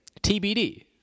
TBD